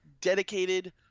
dedicated